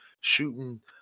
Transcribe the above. shooting